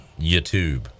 YouTube